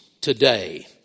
today